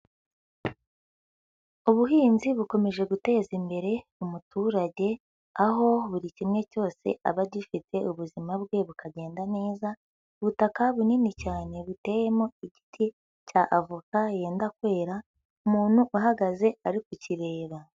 Ubuhinzi bukomeje guteza imbere umuturage, aho buri kimwe cyose aba agifite ubuzima bwe bukagenda neza, ubutaka bunini cyane biteyemo igiti cya avoka yenda kwera, umuntu uhagaze ari kukireba.